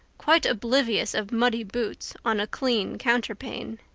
quite oblivious of muddy boots on a clean counterpane.